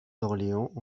d’orléans